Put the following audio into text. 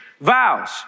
vows